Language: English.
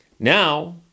Now